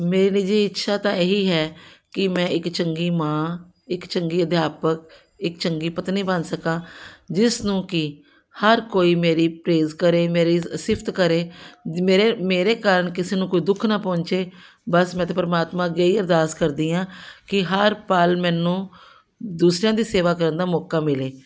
ਮੇਰੀ ਜੀ ਇੱਛਾ ਤਾਂ ਇਹੀ ਹੈ ਕਿ ਮੈਂ ਇੱਕ ਚੰਗੀ ਮਾਂ ਇੱਕ ਚੰਗੀ ਅਧਿਆਪਕ ਇੱਕ ਚੰਗੀ ਪਤਨੀ ਬਣ ਸਕਾਂ ਜਿਸ ਨੂੰ ਕਿ ਹਰ ਕੋਈ ਮੇਰੀ ਪ੍ਰੇਜ ਕਰੇ ਮੇਰੀ ਸਿਫਤ ਕਰੇ ਮੇਰੇ ਮੇਰੇ ਕਾਰਨ ਕਿਸੇ ਨੂੰ ਕੋਈ ਦੁੱਖ ਨਾ ਪਹੁੰਚੇ ਬਸ ਮੈਂ ਤਾਂ ਪਰਮਾਤਮਾ ਅੱਗੇ ਇਹੀ ਅਰਦਾਸ ਕਰਦੀ ਹਾਂ ਕਿ ਹਰ ਪਲ ਮੈਨੂੰ ਦੂਸਰਿਆਂ ਦੀ ਸੇਵਾ ਕਰਨ ਦਾ ਮੌਕਾ ਮਿਲੇ